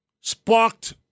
sparked